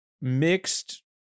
mixed